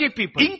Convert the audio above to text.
people